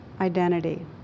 identity